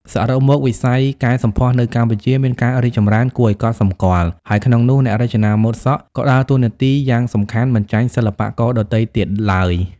សរុបមក វិស័យកែសម្ផស្សនៅកម្ពុជាមានការរីកចម្រើនគួរឱ្យកត់សម្គាល់ ហើយក្នុងនោះ អ្នករចនាម៉ូដសក់ ក៏ដើរតួនាទីយ៉ាងសំខាន់មិនចាញ់សិល្បករដទៃទៀតឡើយ។